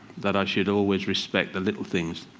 that i should always respect the little things.